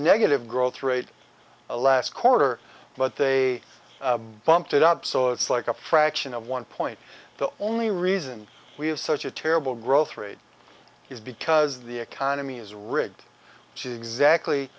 negative growth rate last quarter but they bumped it up so it's like a fraction of one point the only reason we have such a terrible growth rate is because the economy is rigged she exactly